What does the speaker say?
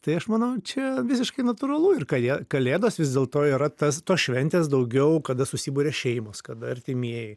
tai aš manau čia visiškai natūralu ir ką jie kalėdos vis dėlto yra tas tos šventės daugiau kada susiburia šeimos kad artimieji